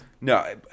No